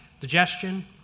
digestion